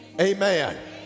amen